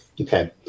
Okay